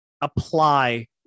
apply